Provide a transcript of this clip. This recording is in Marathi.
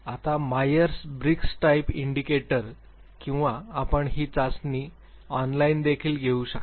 आता मायर्स ब्रिग्स टाइप इंडिकेटर किंवा आपण ही चाचणी ऑनलाईन देखील घेऊ शकता